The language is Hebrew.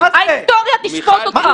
--- אתה תשתוק.